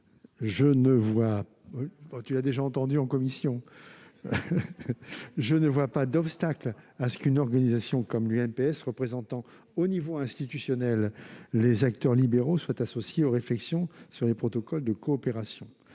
je ne vois pas d'obstacle à ce qu'une organisation comme l'UNPS, représentant, au niveau institutionnel, les acteurs libéraux, soit associée aux réflexions sur les protocoles de coopération.